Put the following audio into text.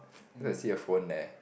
cause I see a phone there